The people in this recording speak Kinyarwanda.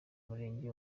murenge